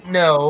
no